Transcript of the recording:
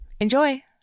Enjoy